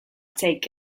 take